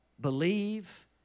believe